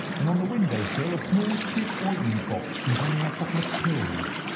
and on the window-sill a small chip ointment box containing a couple of pills.